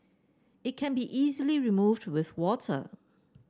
it can be easily removed with water